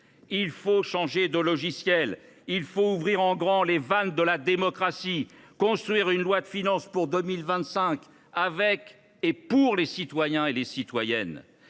Il faut changer de logiciel, il faut ouvrir en grand les vannes de la démocratie, construire une loi de finances pour 2025, avec et pour les citoyennes et les citoyens